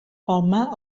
palmar